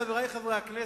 חברי חברי הכנסת,